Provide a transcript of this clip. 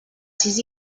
sis